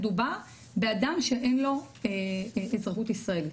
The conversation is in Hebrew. מדובר באדם שאין לו אזרחות ישראלית.